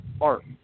art